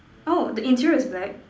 oh the interior is black